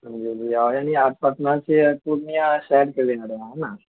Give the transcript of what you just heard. جی جی اور یعنی آپ پٹنہ سے پورنیہ سیر کے لیے آ رہے ہیں ہے نا